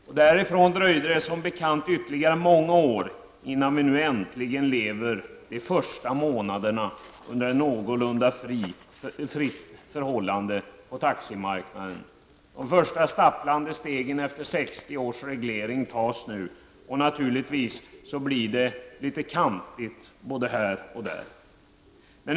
Det dröjde därifrån som bekant ytterligare många år fram till dess att vi nu äntligen lever de första månaderna under någorlunda fria förhållanden på taximarknaden. Det första stapplande stegen efter 60 års reglering tas nu. Det blir naturligtvis lite kantigt både här och där.